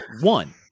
One